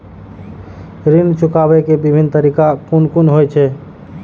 ऋण चुकाबे के विभिन्न तरीका कुन कुन होय छे?